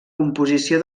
composició